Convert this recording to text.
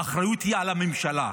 האחריות היא על הממשלה,